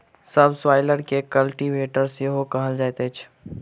सब स्वाइलर के कल्टीवेटर सेहो कहल जाइत अछि